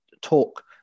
talk